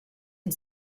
and